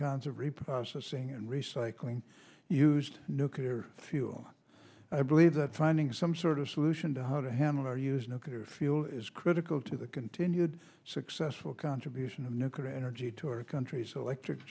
cons of reprocessing and recycling used nuclear fuel i believe that finding some sort of solution to how to handle or use nuclear fuel is critical to the continued successful contribution of nuclear energy to our countries electric